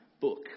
book